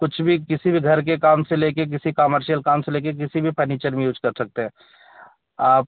कुछ भी किसी भी घर के काम से लेकर किसी कामर्शियल काम से लेकर किसी भी फ़र्नीचर में यूज कर सकते हैं आप